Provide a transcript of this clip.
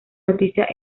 noticias